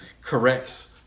corrects